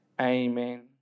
Amen